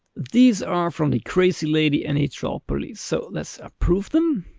these are from the crazy lady and the troll police. so let's approve them,